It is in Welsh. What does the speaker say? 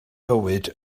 fywyd